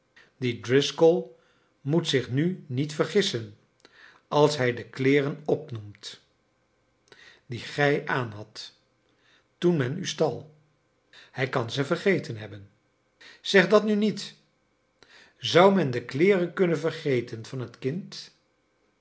die driscoll moet zich nu niet vergissen als hij de kleeren opnoemt die gij aanhadt toen men u stal hij kan ze vergeten hebben zeg dat nu niet zou men de kleeren kunnen vergeten van het kind